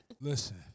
Listen